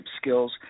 skills